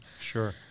sure